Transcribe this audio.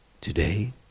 today